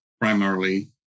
primarily